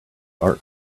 art